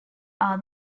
are